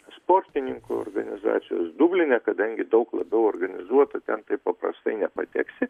sportininkų organizacijos dubline kadangi daug labiau organizuota ten taip paprastai nepateksi